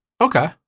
Okay